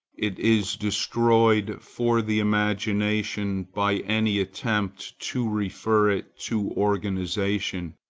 it is destroyed for the imagination by any attempt to refer it to organization.